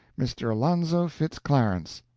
mr. alonzo fitz clarence.